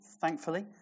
thankfully